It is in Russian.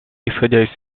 исходя